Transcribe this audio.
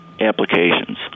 applications